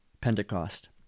Pentecost